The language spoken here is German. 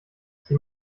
sie